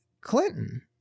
Clinton